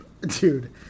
dude